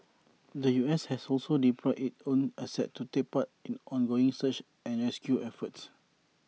the U S has also deployed its own assets to take part in ongoing search and rescue efforts